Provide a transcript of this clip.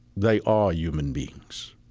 they are human beings.